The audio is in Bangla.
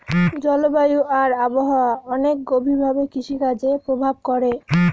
জলবায়ু আর আবহাওয়া অনেক গভীর ভাবে কৃষিকাজে প্রভাব করে